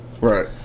Right